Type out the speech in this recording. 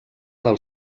del